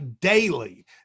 daily